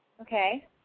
Okay